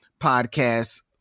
podcast